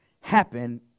happen